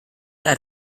add